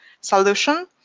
solution